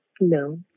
No